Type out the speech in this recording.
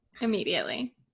immediately